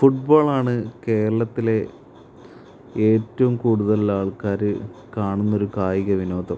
ഫുട്ബോളാണ് കേരളത്തിലെ ഏറ്റവും കൂടുതലുള്ള ആൾക്കാരു കാണുന്നൊരു കായിക വിനോദം